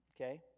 Okay